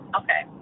okay